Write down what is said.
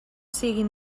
siguin